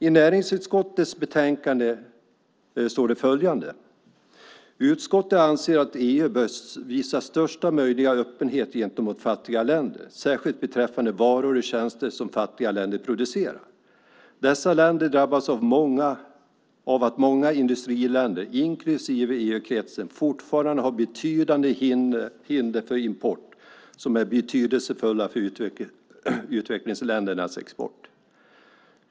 I näringsutskottets betänkande står följande: "Utskottet anser att EU bör visa största möjliga öppenhet gentemot fattiga länder, särskilt beträffande varor och tjänster som fattiga människor producerar. Dessa länder drabbas av att många industriländer, inklusive EU-kretsen, fortfarande har betydande hinder för import av varor som är betydelsefulla för utvecklingsländernas export.